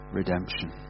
redemption